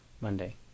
Monday